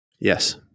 Yes